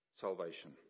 salvation